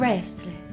Restless